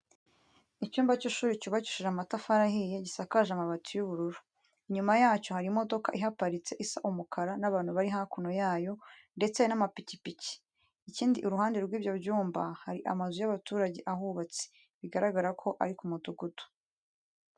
Icyumba cy'ishuri cyubakishije amatafari ahiye, gisakaje amabati y'ubururu. Inyuma yacyo hari imodoka ihaparitse isa umukara n'abantu bari hakuno yayo ndetse hari n'amapikipiki. Ikindi iruhande rw'ibyo byumba hari amazu y'abaturage ahubatse, bigaragara ko ari ku mudugudu.